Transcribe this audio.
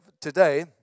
today